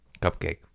cupcake